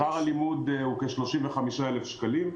שכר הלימוד הוא כ-35,000 שקלים.